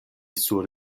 sur